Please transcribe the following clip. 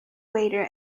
waiter